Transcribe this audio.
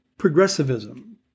Progressivism